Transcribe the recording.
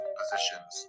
positions